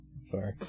Sorry